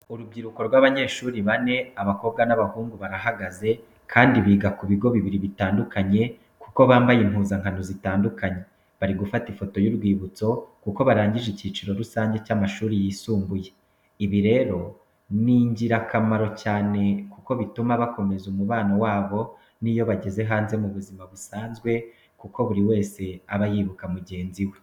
Urubyiruko rw'abanyeshuri bane abakobwa n'abahungu barahagaze, kandi biga ku bigo bibiri bitandukanye kuko bambaye impuzankano zitandukanye, bari gufata ifoto y'urwibutso kuko barangije icyiciro rusange cy'amashuri yisumbuye. Ibi rero ni ingirakamaro cyane kuko bituma bakomeza umubano wabo n'iyo bageze hanze mu buzima busanzwe kuko buri wese aba yibuka mugenzi we.